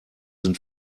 sind